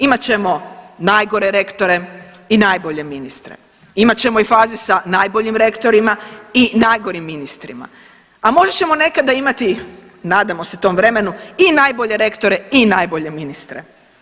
Imat ćemo najgore rektore i najgore ministre, imat ćemo i faze sa najboljim rektorima i najgorim ministrima, a možda ćemo nekada imati nadamo se tom vremenu i najbolje rektore i najbolje ministre.